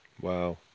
Wow